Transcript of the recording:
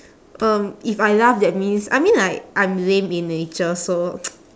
um if I laugh that means I mean like I'm lame in nature so